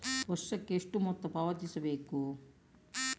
ವರ್ಷಕ್ಕೆ ಎಷ್ಟು ಮೊತ್ತ ಪಾವತಿಸಬೇಕು?